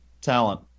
talent